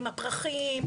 עם הפרחים,